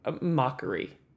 mockery